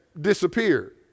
disappear